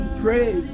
pray